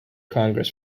congress